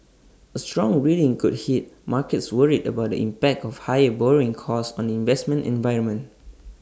A strong reading could hit markets worried about the impact of higher borrowing costs on the investment environment